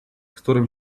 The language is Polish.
którym